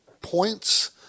points